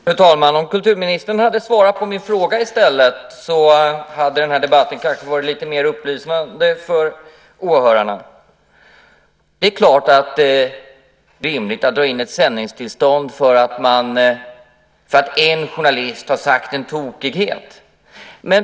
Fru talman! Om kulturministern hade svarat på min fråga i stället kanske den här debatten hade varit lite mer upplysande för åhörarna. Det är klart att det inte är rimligt att dra in ett sändningstillstånd för att en journalist har sagt en tokighet.